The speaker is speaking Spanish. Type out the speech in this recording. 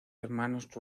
hermanos